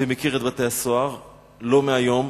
ומכיר את בתי-הסוהר לא מהיום,